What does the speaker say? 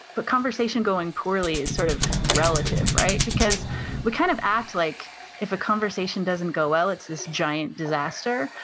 but conversation going poorly is sort of relative, right? because we kind of act like if a conversation doesn't go well, it's this giant disaster,